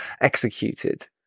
executed